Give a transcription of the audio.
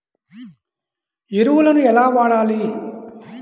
ఎరువులను ఎలా వాడాలి?